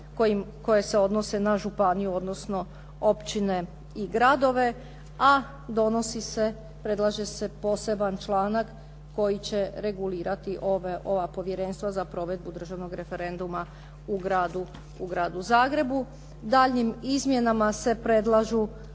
koje se odnose na županiju, odnosno općine i gradove, a donosi se, predlaže se poseban članak koji će regulirati ova povjerenstva za provedbu državnog referenduma u Gradu Zagrebu. Daljnjim izmjenama se predlažu